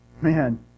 man